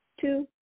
two